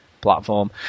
platform